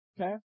okay